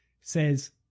says